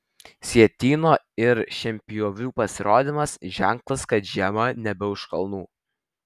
sietyno ir šienpjovių pasirodymas ženklas kad žiema nebe už kalnų